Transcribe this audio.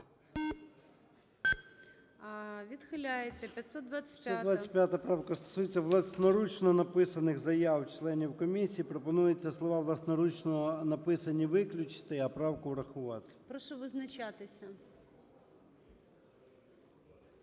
ЧЕРНЕНКО О.М. 525 правка стосується власноручно написаних заяв членів комісії. Пропонується слова "власноручно написані" виключити, а правку врахувати. ГОЛОВУЮЧИЙ. Прошу визначатися.